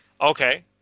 Okay